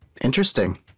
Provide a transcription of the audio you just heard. interesting